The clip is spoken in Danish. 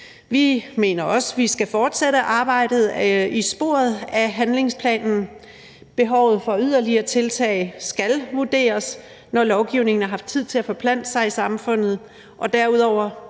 Vi mener også, vi skal fortsætte arbejdet i sporet af handlingsplanen. Behovet for yderligere tiltag skal vurderes, når lovgivningen har haft tid til at forplante sig i samfundet, og derudover